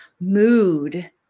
mood